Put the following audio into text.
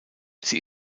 sie